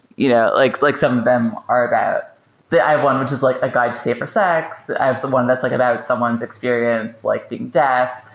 you know like like some of them are about i have one which is like a guide to safer sex. i have someone that's like about someone's experience like being deaf.